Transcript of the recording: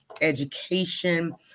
education